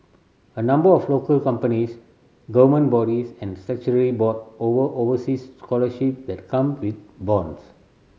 a number of local companies government bodies and statutory board over overseas scholarship that come with bonds